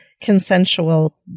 consensual